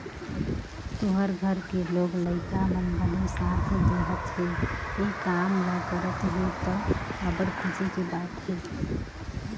तुँहर घर के लोग लइका मन बने साथ देहत हे, ए काम ल करत हे त, अब्बड़ खुसी के बात हे